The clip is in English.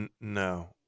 No